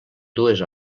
dues